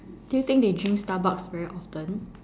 do you think they drink starbucks very often